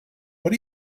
what